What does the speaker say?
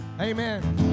Amen